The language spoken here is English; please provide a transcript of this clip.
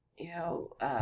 you know,